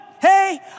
Hey